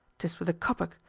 tis with a kopeck,